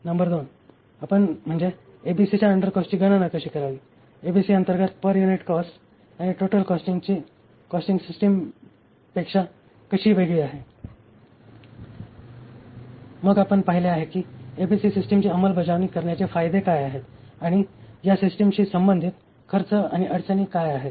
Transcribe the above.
number 2 म्हणजे एबीसीच्या अंडरकॉस्टची गणना कशी करावी एबीसी अंतर्गत पर युनिट कॉस्ट आणि ही टोटल कॉस्टिंग सिस्टिमपेक्षा कशी वेगळे आहे मग आम्ही पाहिले आहे की एबीसी सिस्टिमची अंमलबजावणी करण्याचे फायदे काय आहेत आणि या सिस्टिमशी संबंधित खर्च आणि अडचणी काय आहेत